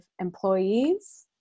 employees